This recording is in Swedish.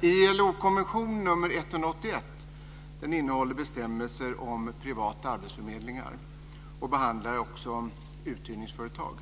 ILO-konvention nr 181 innehåller bestämmelser om privata arbetsförmedlingar och behandlar också uthyrningsföretag.